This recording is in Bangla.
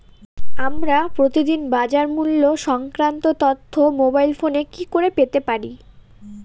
আমরা প্রতিদিন বাজার মূল্য সংক্রান্ত তথ্য মোবাইল ফোনে কি করে পেতে পারি?